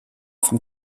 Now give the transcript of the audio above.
vom